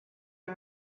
are